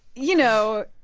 you know,